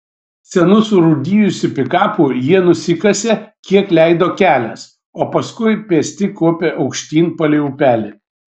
senu surūdijusiu pikapu jie nusikasė kiek leido kelias o paskui pėsti kopė aukštyn palei upelį